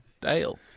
Dale